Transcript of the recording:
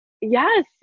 Yes